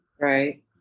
Right